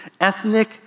ethnic